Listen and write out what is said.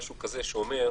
במקום לכתוב: